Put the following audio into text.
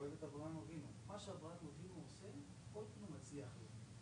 שואל מה הפירוש שהוא לא היה צריך להשתמש בכסף.